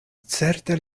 certe